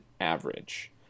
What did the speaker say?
average